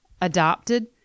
adopted